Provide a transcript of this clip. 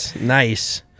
nice